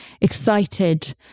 excited